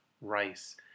rice